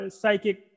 psychic